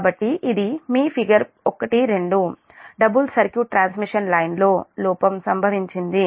కాబట్టి ఇది మీ figure 12 double circuit transmission line లో లోపం సంభవించింది